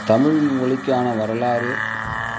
தமிழ்மொழிக்கான வரலாறு